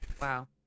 Wow